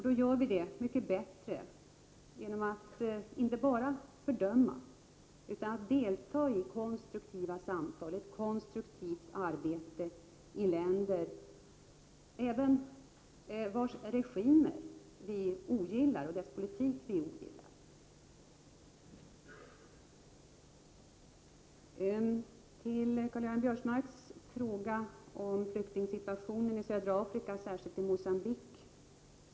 Vi gör det mycket bättre genom att inte bara fördöma utan också delta i konstruktiva samtal, i ett konstruktivt arbete även i länder, vilkas regimer och vilkas politik vi ogillar. Karl-Göran Biörsmark tog upp frågan om flyktingsituationen i södra Afrika och särskilt i Mogambique.